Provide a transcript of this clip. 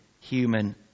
human